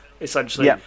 essentially